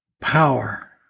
power